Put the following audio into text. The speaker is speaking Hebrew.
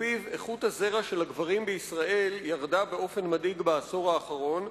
ולפיו איכות הזרע של הגברים בישראל ירדה באופן מדאיג בעשור האחרון.